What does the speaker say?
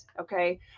okay